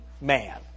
man